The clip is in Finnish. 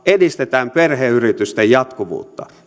edistetään perheyritysten jatkuvuutta